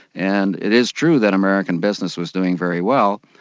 and it is true that american business was doing very well.